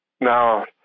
now